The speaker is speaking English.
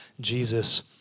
Jesus